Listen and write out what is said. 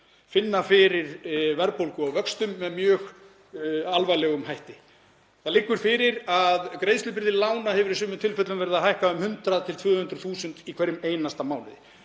finna fyrir verðbólgu og vöxtum með mjög alvarlegum hætti. Það liggur fyrir að greiðslubyrði lána hefur í sumum tilfellum verið að hækka um 100.000–200.000 kr. í hverjum einasta mánuði.